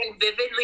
vividly